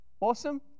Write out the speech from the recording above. Awesome